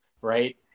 right